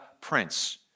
prince